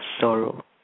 sorrow